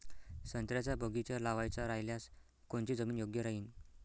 संत्र्याचा बगीचा लावायचा रायल्यास कोनची जमीन योग्य राहीन?